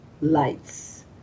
lights